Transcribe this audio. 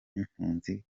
cy’impunzi